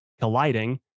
colliding